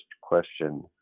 question